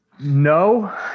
No